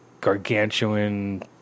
gargantuan